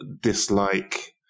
dislike